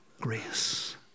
grace